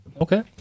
Okay